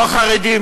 לא חרדי,